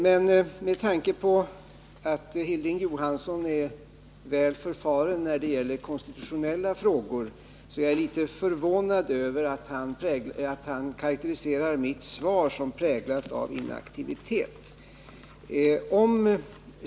Men med tanke på att Hilding Johansson är väl förfaren när det gäller konstitutionella frågor är jag litet förvånad över att han karakteriserar mitt svar som präglat av inaktivitet.